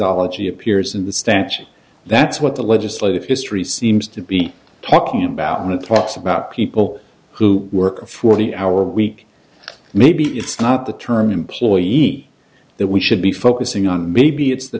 ology appears in the statute that's what the legislative history seems to be talking about new talks about people who work a forty hour week maybe it's not the term employee that we should be focusing on maybe it's the